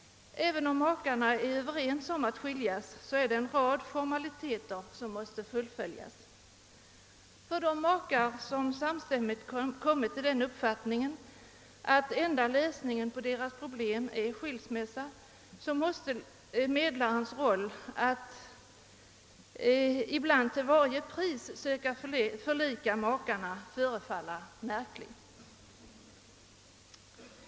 Även om makarna är överens om att skiljas är det en rad formaliteter som måste genomgås. För de makar som samstämmigt kommit till den uppfattningen, att den enda lösningen på deras problem är skilsmässa, måste medlarens roli att ibland till varje pris söka förlika makarna förefalla märklig.